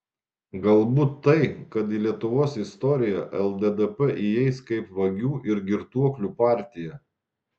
galbūt tai kad į lietuvos istoriją lddp įeis kaip vagių ir girtuoklių partija